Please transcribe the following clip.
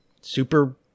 super